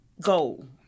goal